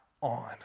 on